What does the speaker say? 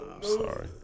Sorry